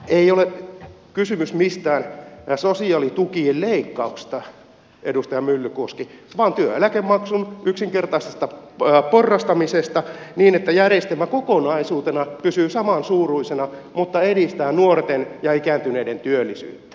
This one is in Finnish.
ei ole kysymys mistään sosiaalitukien leikkauksista edustaja myllykoski vaan työeläkemaksun yksinkertaisesta porrastamisesta niin että järjestelmä kokonaisuutena pysyy samansuuruisena mutta edistää nuorten ja ikääntyneiden työllisyyttä